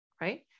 right